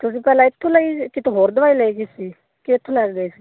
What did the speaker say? ਤੁਸੀਂ ਪਹਿਲਾਂ ਇੱਥੋਂ ਲਈ ਕਿਤੋਂ ਹੋਰ ਦਵਾਈ ਲੈ ਗਏ ਸੀ ਕਿੱਥੋਂ ਲੈ ਗਏ ਸੀ